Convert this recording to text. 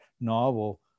novel